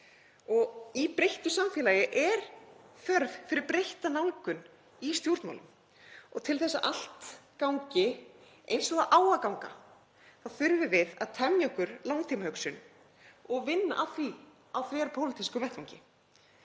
Í breyttu samfélagi er þörf fyrir breytta nálgun í stjórnmálum og til að allt gangi eins og það á að ganga þurfum við að temja okkur langtímahugsun og vinna að því á þverpólitískum vettvangi.